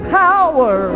power